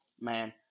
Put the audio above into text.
Man